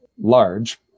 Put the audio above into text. large